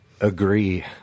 Agree